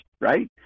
right